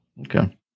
Okay